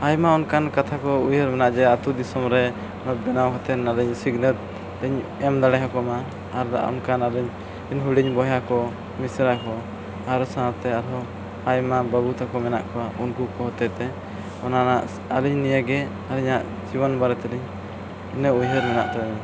ᱟᱭᱢᱟ ᱚᱱᱠᱟᱱ ᱠᱟᱛᱷᱟ ᱠᱚ ᱩᱭᱦᱟᱹᱨ ᱢᱮᱱᱟᱜᱼᱟ ᱡᱮ ᱟᱹᱛᱩ ᱫᱤᱥᱚᱢᱨᱮ ᱵᱮᱱᱟᱣ ᱠᱟᱛᱮᱫ ᱟᱹᱞᱤᱧ ᱥᱤᱠᱷᱱᱟᱹᱛ ᱞᱤᱧ ᱮᱢ ᱫᱟᱲᱮᱭᱟᱠᱚ ᱢᱟ ᱟᱫᱚ ᱚᱱᱠᱟ ᱟᱞᱤᱧ ᱦᱩᱰᱤᱧ ᱵᱚᱭᱦᱟ ᱠᱚ ᱢᱤᱥᱨᱟ ᱠᱚ ᱟᱨ ᱥᱟᱶᱛᱮ ᱟᱨᱦᱚᱸ ᱟᱭᱢᱟ ᱵᱟᱹᱵᱩ ᱛᱟᱠᱚ ᱢᱮᱱᱟᱜ ᱠᱚᱣᱟ ᱩᱱᱠᱩ ᱠᱚ ᱦᱚᱛᱮᱛᱮ ᱚᱱᱟ ᱨᱮᱱᱟᱜ ᱟᱹᱞᱤᱧ ᱱᱤᱭᱮ ᱜᱮ ᱟᱹᱞᱤᱧᱟᱜ ᱡᱤᱭᱚᱱ ᱵᱟᱨᱮ ᱛᱮᱞᱤᱧ ᱤᱱᱟᱹ ᱩᱭᱦᱟᱹᱨ ᱢᱮᱱᱟᱜ ᱛᱟᱹᱞᱤᱧᱟ